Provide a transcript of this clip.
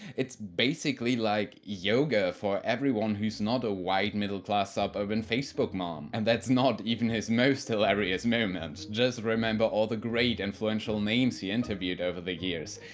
it's basically like yoga for everyone who's not a white, middle-class, suburban facebook mom. and that's not even his most hilarious moment. just remember all the greats, influential names he interviewed interviewed over the years.